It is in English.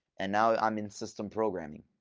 and now, i'm in system programming.